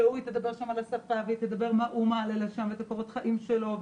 היא תדבר שם על השפה ועל מה הוא מעלה לשם קורות החיים שלו,